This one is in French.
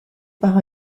par